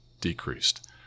decreased